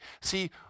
See